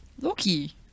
Loki